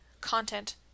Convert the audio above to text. content